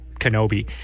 Kenobi